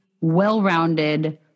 well-rounded